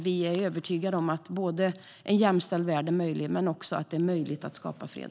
Vi är övertygade om att en jämställd värld är möjlig, men också om att det är möjligt att skapa fred.